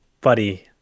buddy